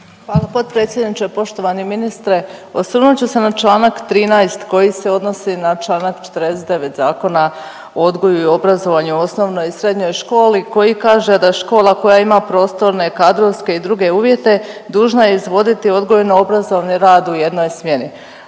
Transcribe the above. Hvala potpredsjedniče. Poštovani ministre osvrnut ću se na Članak 13. koji se odnosi na Članak 49. Zakona o odgoju i obrazovanju u osnovnoj i srednjoj školi koji kaže da je škola koja ima prostorne, kadrovske i druge uvjete dužna izvoditi odgojno-obrazovni rad u jednoj smjeni.